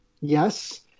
yes